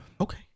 Okay